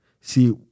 see